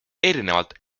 erinevalt